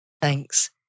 Thanks